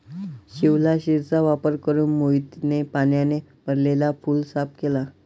शिवलाशिरचा वापर करून मोहितने पाण्याने भरलेला पूल साफ केला